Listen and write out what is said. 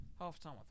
Half-time